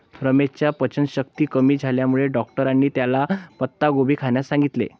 रमेशच्या पचनशक्ती कमी झाल्यामुळे डॉक्टरांनी त्याला पत्ताकोबी खाण्यास सांगितलं